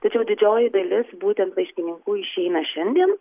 tačiau didžioji dalis būtent laiškininkų išeina šiandien